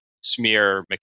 smear